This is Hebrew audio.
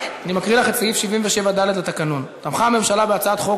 אני מקריא לך את סעיף 77(ד) לתקנון: "תמכה הממשלה בהצעת חוק,